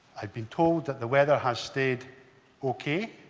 i've been told that the weather has stayed ok.